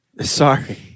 Sorry